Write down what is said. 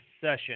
session